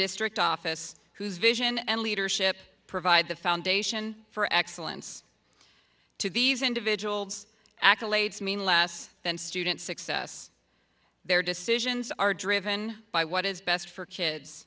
district office whose vision and leadership provide the foundation for excellence to these individuals accolades mean less than student success their decisions are driven by what is best for kids